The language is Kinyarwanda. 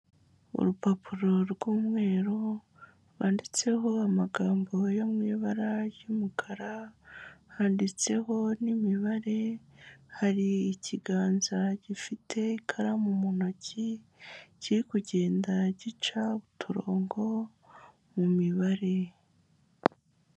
Urupapuro rw'umweru rwanditseho amagambo yo mu ibara ry'umukara, handitseho n'imibare, hari ikiganza gifite ikaramu mu ntoki, kiri kugenda gica uturongo mu mibare.